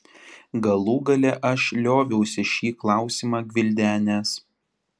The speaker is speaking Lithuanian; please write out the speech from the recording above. galų gale aš lioviausi šį klausimą gvildenęs